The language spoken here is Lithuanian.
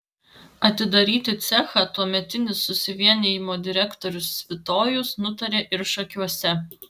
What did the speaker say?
atidaryti cechą tuometinis susivienijimo direktorius svitojus nutarė ir šakiuose